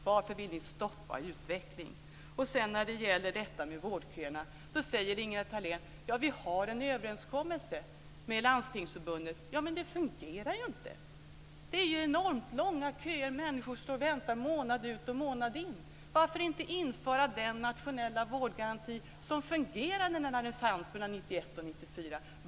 Varför vill ni stoppa utveckling? När det gäller vårdköerna säger Ingela Thalén att vi har en överenskommelse med Landstingsförbundet. Ja, men det fungerar ju inte. Det är enormt långa köer. Människor står och väntar månad ut och månad in. Varför inte införa den nationella vårdgaranti som fungerade när den fanns mellan 1991 och 1994?